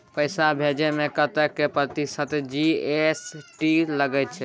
पैसा भेजै में कतेक प्रतिसत जी.एस.टी लगे छै?